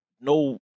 no